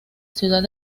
ciudad